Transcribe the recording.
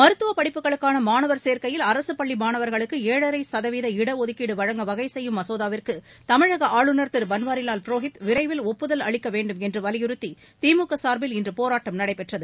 மருத்துவப்படிப்புகளுக்கானமானவர் சேர்க்கையில் அரசுப்பள்ளிமானவர்களுக்குழழரசதவீத இடஒதுக்கீடுவழங்க வகைசெய்யும் மசோதாவிற்குதமிழகஆளுநர் திருபன்வாரிலால் புரோஹித் விரைவில் ஒப்புதல் அளிக்கவேண்டும் என்றுவலியுறுத்திதிமுகசார்பில் இன்றுபோராட்டம் நடைபெற்றது